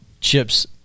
Chip's